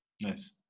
Nice